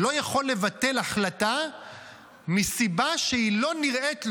לא יכול לבטל החלטה מסיבה שהיא לא נראית לו,